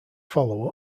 follow